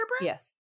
yes